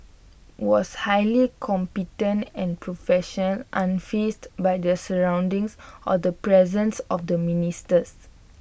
was highly competent and profession unfazed by their surroundings or the presence of the ministers